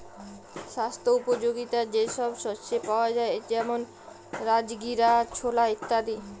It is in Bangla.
স্বাস্থ্য উপযোগিতা যে সব শস্যে পাওয়া যায় যেমন রাজগীরা, ছোলা ইত্যাদি